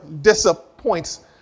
disappoints